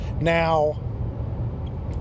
now